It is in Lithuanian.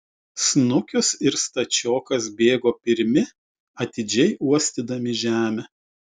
snukius ir stačiokas bėgo pirmi atidžiai uostydami žemę